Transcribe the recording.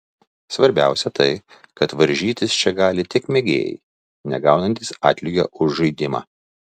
svarbiausia tai kad varžytis čia gali tik mėgėjai negaunantys atlygio už žaidimą